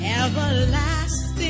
everlasting